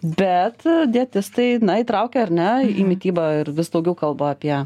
bet dietistai na įtraukia ar ne į mitybą ir vis daugiau kalba apie